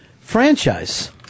franchise